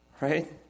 Right